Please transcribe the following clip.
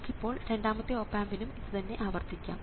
നമുക്ക് ഇപ്പോൾ രണ്ടാമത്തെ ഓപ് ആമ്പിനും ഇതുതന്നെ ആവർത്തിക്കാം